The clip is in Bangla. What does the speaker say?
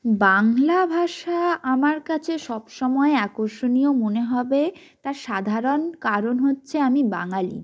বাংলা ভাষা আমার কাছে সবসময় আকর্ষণীয় মনে হবে তার সাধারণ কারণ হচ্ছে আমি বাঙালি